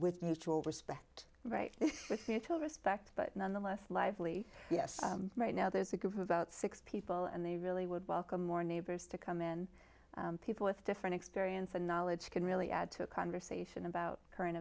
with mutual respect right to respect but nonetheless lively yes right now there's a group of about six people and they really would welcome more neighbors to come in people with different experience and knowledge can really add to a conversation about current